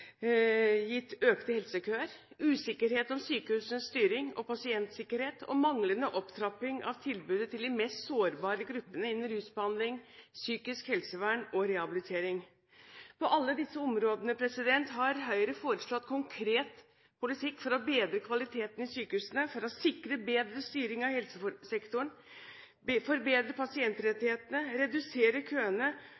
gitt økte helsekøer, usikkerhet om sykehusenes styring og pasientsikkerhet og en manglende opptrapping av tilbudet til de mest sårbare gruppene innen rusbehandling, psykisk helsevern og rehabilitering. På alle disse områdene har Høyre foreslått en konkret politikk for å bedre kvaliteten i sykehusene, sikre bedre styring av helsesektoren, forbedre